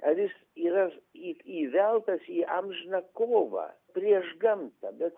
ar jis yra į įveltas į amžiną kovą prieš gamtą bet